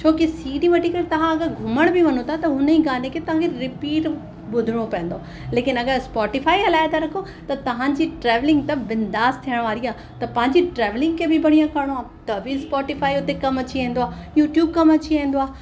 छो कि C D वठी करे तव्हां अगरि घुमण बि वञो था त हुन ई गाने खे तव्हां खे रिपीट ॿुधिणो पवंदो लेकिन अगरि स्पॉटीफ़ाई हलाए था रखो त तव्हां ट्रैविलिंग त बिंदास थियण वारी आहे त पंहिंजी ट्रैविलिंग खे बि बढ़िया करिणो आहे त बि स्पॉटीफ़ाई उते कमु अची वेंदो अ यूट्यूब कमु अची वेंदो आहे